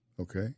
Okay